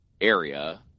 area